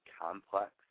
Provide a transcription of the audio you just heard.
complex